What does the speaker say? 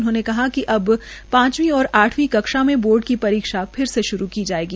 उन्होंने कहा कि अब पांचवी और आठवी कक्षा में बोर्ड की परीक्षा फिर से श्रू की जायेगी